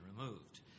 removed